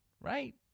right